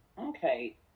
Okay